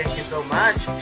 you so much